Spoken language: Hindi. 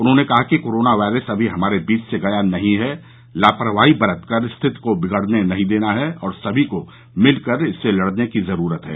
उन्होंने कहा कि कोरोना वायरस अभी हमारे बीच से गया नहीं है लापरवाही बरत कर स्थिति को बिगड़ने नहीं देना है और समी को मिलकर इससे लड़ने की जरूरत है